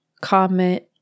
comment